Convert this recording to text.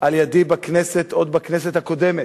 על-ידי בכנסת, עוד בכנסת הקודמת,